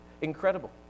incredible